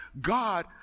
God